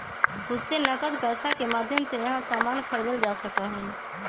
खुद से नकद पैसा के माध्यम से यहां सामान खरीदल जा सका हई